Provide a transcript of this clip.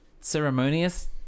ceremonious